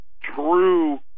true